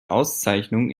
auszeichnung